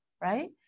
right